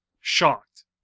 shocked